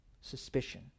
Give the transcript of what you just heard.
Suspicion